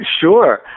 Sure